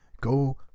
go